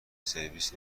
سرویس